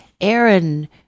Aaron